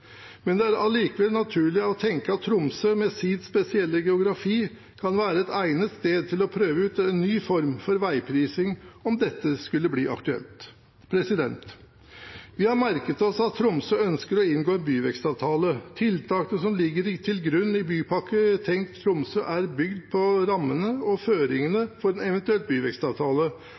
Men det er allikevel naturlig å tenke at Tromsø med sin spesielle geografi kan være et egnet sted til å prøve ut en ny form for veiprising om dette skulle bli aktuelt. Vi har merket oss at Tromsø ønsker å inngå en byvekstavtale. Tiltaket som ligger til grunn i Bypakke Tenk Tromsø, er bygd på rammene og føringene for en eventuell byvekstavtale